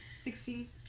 Sixteen